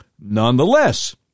Nonetheless